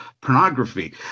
pornography